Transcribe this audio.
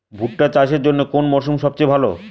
ভুট্টা চাষের জন্যে কোন মরশুম সবচেয়ে ভালো?